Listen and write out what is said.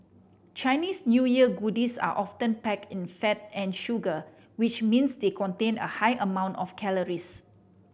Chinese New Year goodies are often packed in fat and sugar which means they contain a high amount of calories